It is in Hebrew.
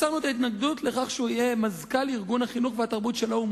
הסרנו את ההתנגדות לכך שהוא יהיה מזכ"ל ארגון החינוך והתרבות של האו"ם,